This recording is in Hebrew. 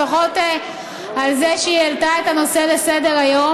לפחות על זה שהיא העלתה את הנושא לסדר-היום.